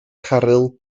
caryl